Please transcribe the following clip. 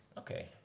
okay